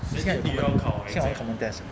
oh 吓我 common test